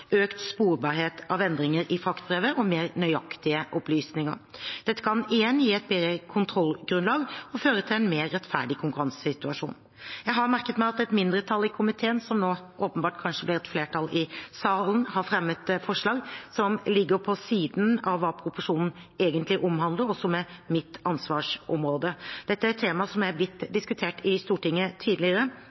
økt sporbarhet av endringer i fraktbrevet og mer nøyaktige opplysninger. Dette kan igjen gi et bedre kontrollgrunnlag og føre til en mer rettferdig konkurransesituasjon. Jeg har merket meg at et mindretall i komiteen, som nå åpenbart kanskje blir et flertall i salen, har fremmet forslag som ligger på siden av hva proposisjonen egentlig omhandler, og som er mitt ansvarsområde. Dette er et tema som er blitt diskutert i Stortinget tidligere.